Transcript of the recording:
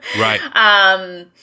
Right